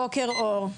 בוקר אור,